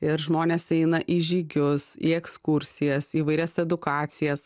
ir žmonės eina į žygius į ekskursijas įvairias edukacijas